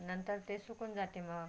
नंतर ते सुकून जाते मग